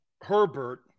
Herbert